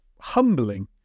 humbling